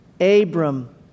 Abram